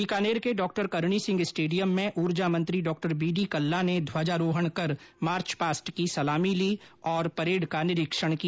बीकानेर के डॉ करणी सिंह स्टेडियम में उर्जा मंत्री डॉ बीडी कल्ला ने ध्वजारोहण कर मार्च पास्ट की सलामी ली और परेड का निरीक्षण किया